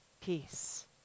Peace